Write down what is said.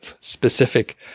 specific